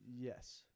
Yes